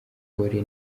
mugore